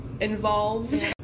involved